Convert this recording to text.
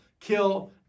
kill